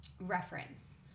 reference